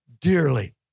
dearly